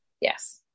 yes